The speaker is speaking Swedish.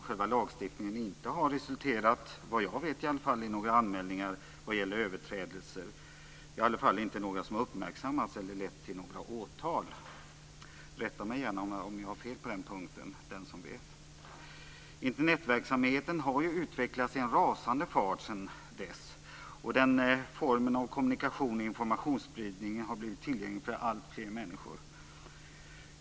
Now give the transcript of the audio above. Själva lagstiftningen har ju vad jag vet inte resulterat i några anmälningar vad gäller överträdelser - i alla fall inte några som har uppmärksammats eller lett till åtal. Rätta mig gärna om jag har fel på den här punkten, den som vet. Internetverksamheten har utvecklats i en rasande fart sedan dess. Den formen av kommunikation och informationsspridning har blivit tillgänglig för alltfler människor.